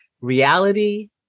reality